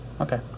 Okay